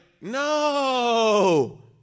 No